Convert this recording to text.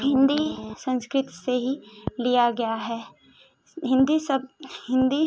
हिन्दी संस्कृत से ही लिया गया है हिन्दी सब हिन्दी